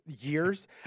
years